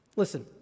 Listen